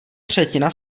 třetina